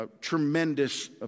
tremendous